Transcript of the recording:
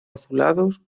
azulados